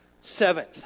Seventh